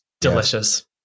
Delicious